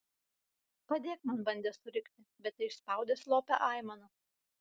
padėk man bandė surikti bet teišspaudė slopią aimaną